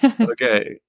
Okay